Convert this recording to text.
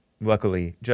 Luckily